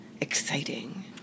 exciting